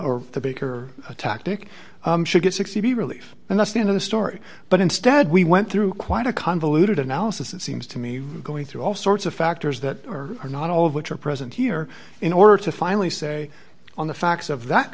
or the baker tactic should get sixty really and that's the end of the story but instead we went through quite a convoluted analysis it seems to me going through all sorts of factors that are not all of which are present here in order to finally say on the facts of that